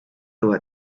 dur